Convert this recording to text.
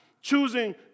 choosing